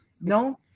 No